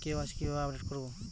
KYC কিভাবে update করব?